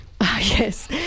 Yes